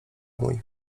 mój